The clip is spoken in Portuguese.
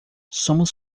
somos